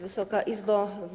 Wysoka Izbo!